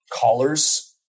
callers